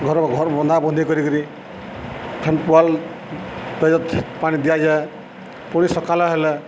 ଘର ଘର ବନ୍ଧା ବୁନ୍ଧି କରିକିରି ଫେନ୍ ପୁଆଲ୍ ପେଜ ପାଣି ଦିଆଯାଏ ପୁଣି ସକାଳ ହେଲେ